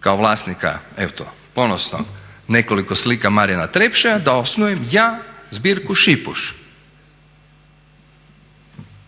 kao vlasnika ponosnog nekoliko slika Marijana Trepšea da osnujem ja zbirku Šipuš